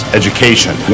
education